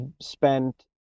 spent